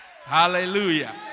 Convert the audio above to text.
Hallelujah